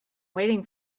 waiting